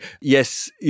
yes